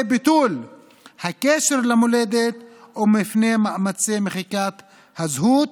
ביטול הקשר למולדת ומפני מאמצי מחיקת הזהות,